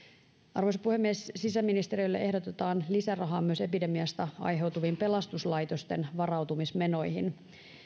arvoisa puhemies sisäministeriölle ehdotetaan lisärahaa myös epidemiasta aiheutuviin pelastuslaitosten varautumismenoihin